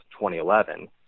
2011